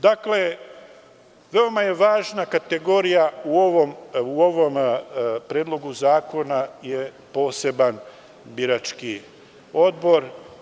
Dakle, veoma važna kategorija u ovom predlogu zakona je poseban birački odbor.